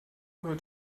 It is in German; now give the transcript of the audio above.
wird